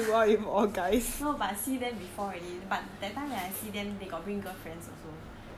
no but see them before already but that time when I see them got bring girlfriends also so it is still okay